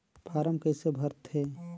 Form कइसे भरते?